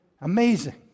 Amazing